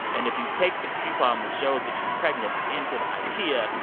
and if you take the coupon that shows that you're pregnant into the ikea,